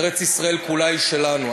ארץ-ישראל כולה היא שלנו.